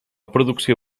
producció